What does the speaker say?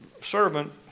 servant